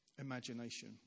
imagination